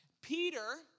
Peter